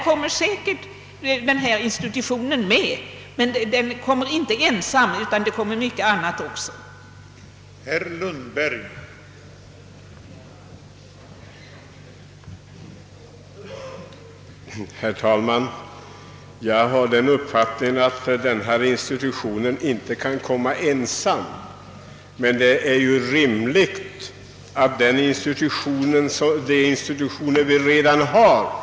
även limnologiska institutionen i Uppsala kommer då säkert att få del av medlen, men den blir inte den enda.